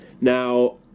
Now